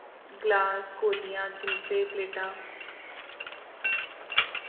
glass कौलियां चिमचे प्लेटां